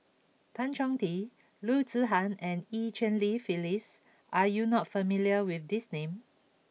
Tan Chong Tee Loo Zihan and Eu Cheng Li Phyllis are you not familiar with these names